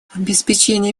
обеспечение